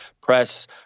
press